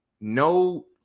No